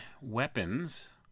weapons